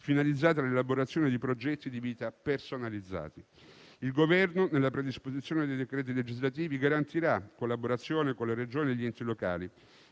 finalizzata all'elaborazione di progetti di vita personalizzati. Il Governo, nella predisposizione dei decreti legislativi, garantirà collaborazione con le Regioni e gli enti locali.